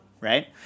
right